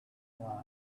line